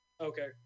Okay